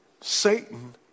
Satan